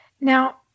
Now